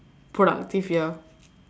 productive year